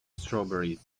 strawberries